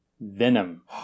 venom